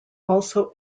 also